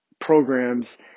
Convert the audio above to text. programs